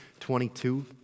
22